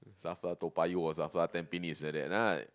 Safra Toa-Payoh or Safra tampines like that lah